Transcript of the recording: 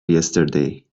yesterday